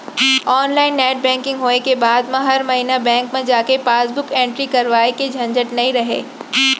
online net banking होय के बाद म हर महिना बेंक म जाके पासबुक एंटरी करवाए के झंझट नइ रहय